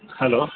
hello